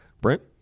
Brent